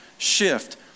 shift